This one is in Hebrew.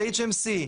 ב-HMC,